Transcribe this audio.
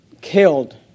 killed